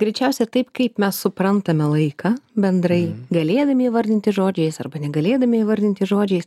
greičiausia taip kaip mes suprantame laiką bendrai galėdami įvardinti žodžiais arba negalėdami įvardinti žodžiais